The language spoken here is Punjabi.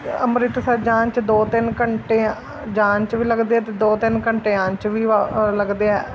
ਅੰਮ੍ਰਿਤਸਰ ਜਾਣ 'ਚ ਦੋ ਤਿੰਨ ਘੰਟੇ ਜਾਣ 'ਚ ਵੀ ਲੱਗਦੇ ਅਤੇ ਦੋ ਤਿੰਨ ਘੰਟੇ ਆਉਣ 'ਚ ਵਾ ਲੱਗਦੇ ਹੈ